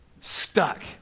stuck